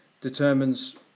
determines